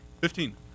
Fifteen